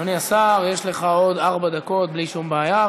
אדוני השר, יש לך עוד ארבע דקות, בלי שום בעיה.